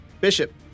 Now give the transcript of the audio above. Bishop